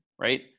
Right